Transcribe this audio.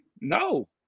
no